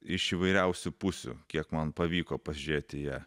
iš įvairiausių pusių kiek man pavyko pasižiūrėti į ją